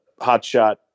hotshot